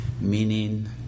meaning